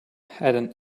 had